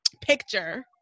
picture